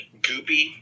goopy